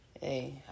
Hey